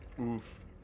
Oof